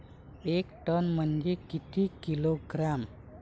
एक टन म्हनजे किती किलोग्रॅम?